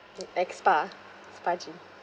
like spa spa gym